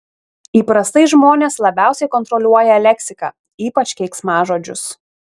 įprastai žmonės labiausiai kontroliuoja leksiką ypač keiksmažodžius